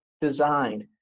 designed